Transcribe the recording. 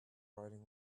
riding